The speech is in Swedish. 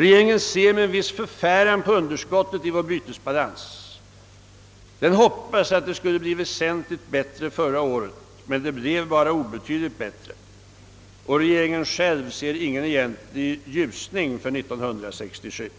Regeringen ser med en viss förfäran på underskottet i vår bytesbalans. Den hoppades att det skulle bli väsentligt bättre förra året, men det blev bara obetydligt bättre. Regeringen ser ingen egentlig ljusning för 1967.